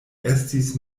estis